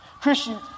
Christian